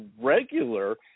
regular